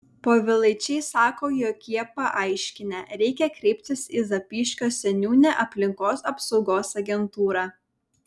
povilaičiai sako jog jie paaiškinę reikia kreiptis į zapyškio seniūnę aplinkos apsaugos agentūrą